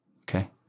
okay